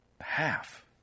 half